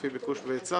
לפי ביקוש והיצע?